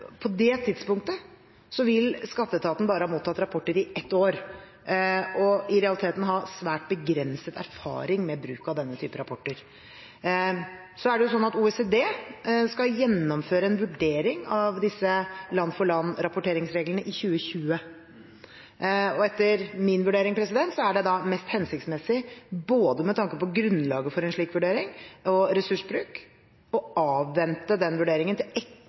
På det tidspunktet vil skatteetaten bare ha mottatt rapporter i ett år og i realiteten ha svært begrenset erfaring med bruk av denne typen rapporter. OECD skal gjennomføre en vurdering av disse land-for-land-rapporteringsreglene i 2020. Etter min vurdering er det da mest hensiktsmessig både med tanke på grunnlaget for en slik vurdering og ressursbruken å avvente den vurderingen til